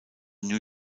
new